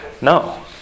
No